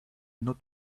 not